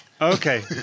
Okay